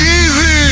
easy